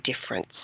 difference